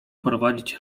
prowadzić